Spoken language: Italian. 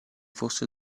fosse